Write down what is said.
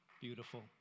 Beautiful